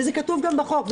וזה כתוב גם בחוק,